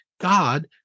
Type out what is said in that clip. God